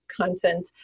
content